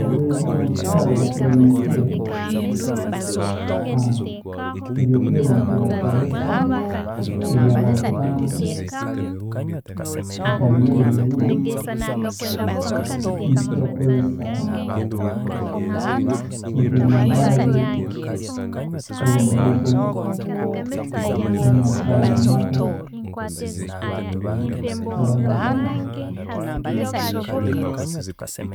Obwiire bwa nyekya kara obu nkuba nyimukire, ebyokurya ebinkukira kukozesa ebya bwangu bwangu etari mere yenyini, nkira kukozesa nk'erindaazi oba muhogo, na caayi yamata oba amajaani.